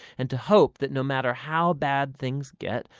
and to hope that no matter how bad things get,